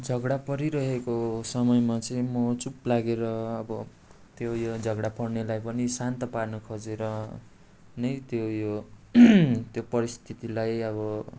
झगडा परिरहेको समयमा चाहिँ म चुप लागेर अब त्यो यो झगडा पर्नेलाई पनि शान्त पार्न खोजेर नै त्यो यो त्यो परिस्थितिलाई अब